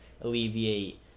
alleviate